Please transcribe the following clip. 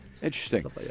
Interesting